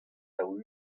daou